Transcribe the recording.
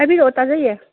ꯍꯥꯏꯕꯤꯔꯛꯑꯣ ꯇꯥꯖꯩꯌꯦ